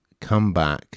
comeback